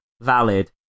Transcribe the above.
valid